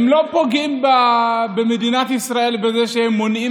הם לא פוגעים במדינת ישראל בזה שהם מונעים